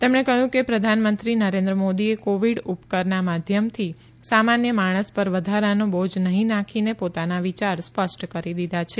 તેમણે કહ્યું કે પ્રધાનમંત્રી નરેન્દ્ર મોદીએ કોવિડ ઉપકરના માધ્યમથી સામાન્ય માણસ પર વધારાનો બોજ નહીં નાખીને પોતાના વિયાર સ્પષ્ટ કરી દીધા છે